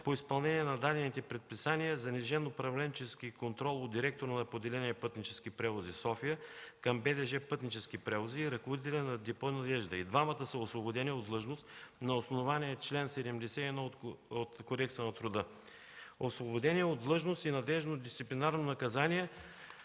по изпълнение на дадените предписания, занижен управленчески контрол от директора на поделение „Пътнически превози” – София, към БДЖ „Пътнически превози” и ръководителя на Депо „Надежда”. И двамата са освободени от длъжност на основание чл. 71 от Кодекса на труда. Освободени от длъжност и с наложено дисциплинарно наказание